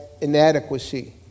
inadequacy